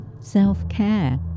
self-care